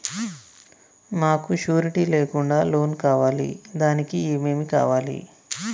మాకు షూరిటీ లేకుండా లోన్ కావాలి దానికి ఏమేమి కావాలి?